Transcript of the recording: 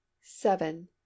seven